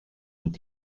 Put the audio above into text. und